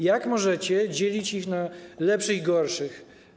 Jak możecie dzielić ich na lepszych i gorszych?